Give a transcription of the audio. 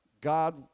God